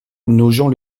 nogent